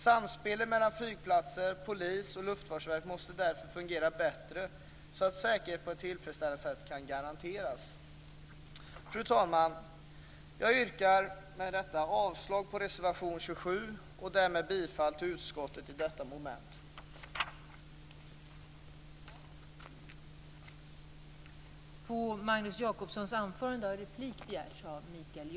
Samspelet mellan flygplatser, polis och Luftfartsverket måste fungera bättre så att säkerhet kan garanteras. Fru talman! Jag yrkar med detta avslag på reservation 27 och därmed bifall till utskottets hemställan under detta moment.